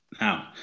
now